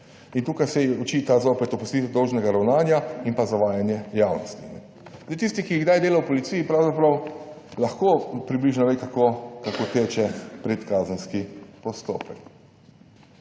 tukaj se ji očita zopet opustiti dolžnega ravnanja in pa zavajanje javnosti. Zdaj tisti, ki je kdaj delal v policiji pravzaprav lahko približno ve kako teče predkazenski postopek.